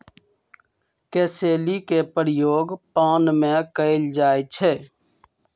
कसेली के प्रयोग पान में कएल जाइ छइ